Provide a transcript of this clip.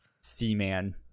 Seaman